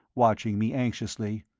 watching me anxiously,